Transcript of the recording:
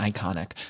Iconic